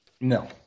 No